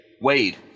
Wade